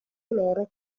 coloro